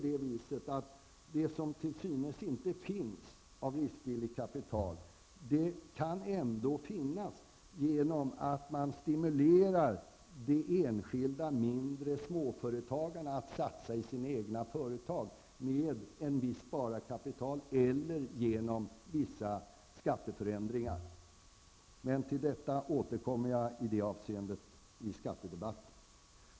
Det som till synes inte finns av riskvilligt kapital kan ändå komma fram, genom att man stimulerar de enskilda mindre småföretagarna att satsa i sina egna företag med sparat kapital eller genom vissa skatteförändringar. Till detta återkommer jag i skattedebatten.